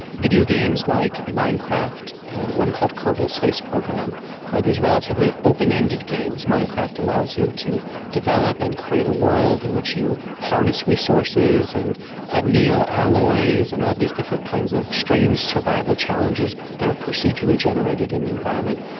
videogames like minecraft, and one called kerbal space program are these relatively open-ended games. minecraft allows you to develop and create a world in which you harness resources and anneal alloys and all these different kinds of strange survival challenges that are procedurally generated in the environment.